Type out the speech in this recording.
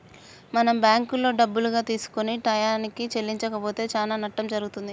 మనం బ్యాంకులో డబ్బులుగా తీసుకొని టయానికి చెల్లించకపోతే చానా నట్టం జరుగుతుంది